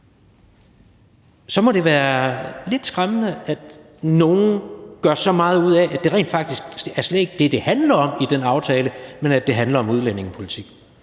det må være lidt skræmmende, at nogle gør så meget ud af, at det rent faktisk slet ikke er det, som det handler om i den aftale, men at det handler om udlændingepolitik.